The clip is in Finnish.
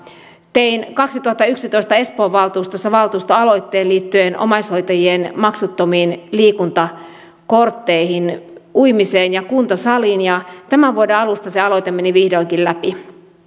tein kaksituhattayksitoista espoon valtuustossa valtuustoaloitteen liittyen omaishoitajien maksuttomiin liikuntakortteihin uimiseen ja kuntosaliin ja tämän vuoden alusta se aloite meni vihdoinkin läpi